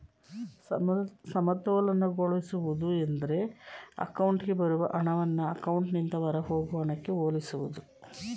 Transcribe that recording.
ಸಮತೋಲನಗೊಳಿಸುವುದು ಎಂದ್ರೆ ಅಕೌಂಟ್ಗೆ ಬರುವ ಹಣವನ್ನ ಅಕೌಂಟ್ನಿಂದ ಹೊರಹೋಗುವ ಹಣಕ್ಕೆ ಹೋಲಿಸುವುದು